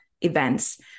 events